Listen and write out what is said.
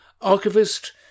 archivist